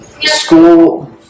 School